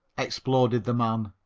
exploded the man.